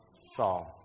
Saul